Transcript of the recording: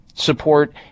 support